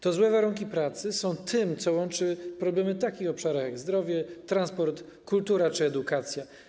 To złe warunki pracy są tym, co łączy problemy w takich obszarach jak zdrowie, transport, kultura czy edukacja.